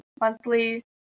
monthly